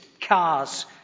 Cars